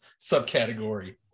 Subcategory